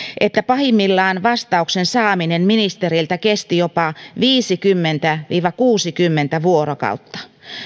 että pahimmillaan vastauksen saaminen ministeriltä kesti jopa viisikymmentä viiva kuusikymmentä vuorokautta